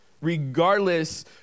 regardless